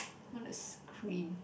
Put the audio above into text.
what is cream